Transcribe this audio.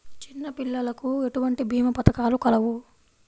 చిన్నపిల్లలకు ఎటువంటి భీమా పథకాలు కలవు?